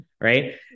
Right